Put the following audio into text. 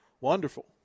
wonderful